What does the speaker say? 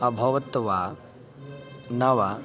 अभवत् वा न वा